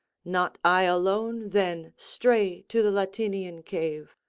not i alone then stray to the latinian cave,